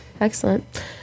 excellent